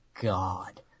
god